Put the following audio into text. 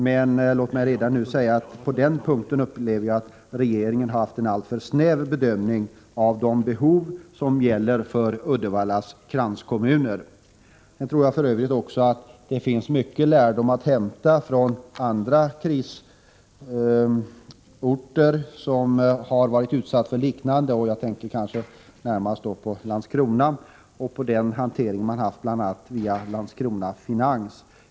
Men låt mig redan nu säga att jag på denna punkt upplever att regeringen har gjort en alltför snäv bedömning av de behov som gäller för Uddevallas kranskommuner. Jag tror för övrigt också att det finns mycken lärdom att hämta från andra krisorter som har varit utsatta för en liknande situation. Jag tänker kanske närmast på Landskrona och hanteringen bl.a. när det gäller Landskrona Finans.